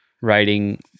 writing